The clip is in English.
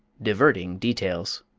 diverting details